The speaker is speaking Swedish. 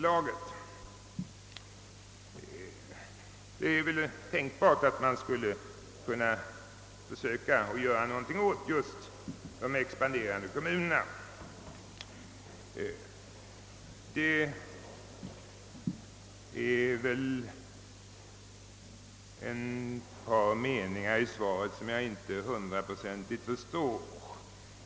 Det är nödvändigt att man gör någonting åt de expanderande kommunernas problem härvidlag. Det är ett par meningar i svaret som jag inte helt förstår.